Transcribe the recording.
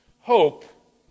Hope